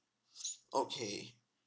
okay